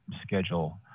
schedule